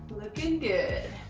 looking good,